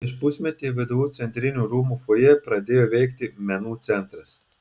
prieš pusmetį vdu centrinių rūmų fojė pradėjo veikti menų centras